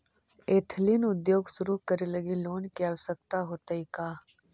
Ethnic उद्योग शुरू करे लगी लोन के आवश्यकता होतइ का?